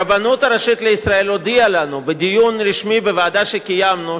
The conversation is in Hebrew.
הרבנות הראשית לישראל הודיעה לנו בדיון רשמי בוועדה שקיימנו,